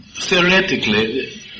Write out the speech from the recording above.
theoretically